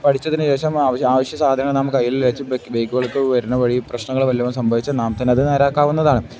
പഠിച്ചതിനു ശേഷം ആവശ്യ സാധനം നമുക്കു കയ്യിൽവച്ച് ബൈക്കുൾക്കു വരുന്ന വഴി പ്രശ്നങ്ങള് വല്ലതും സംഭവിച്ചാല് നാം തന്നെ അതു നേരെയാക്കാവുന്നതാണ്